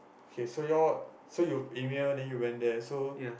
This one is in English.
okay so you all so you email and then you went there so